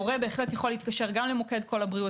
הורה יכול להתקשר גם למוקד קול הבריאות